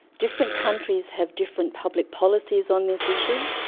different countries have different public policies on this issue.